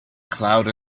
cloud